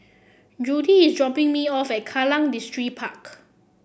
Judy is dropping me off at Kallang Distripark